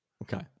Okay